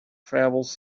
travels